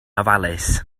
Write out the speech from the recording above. ofalus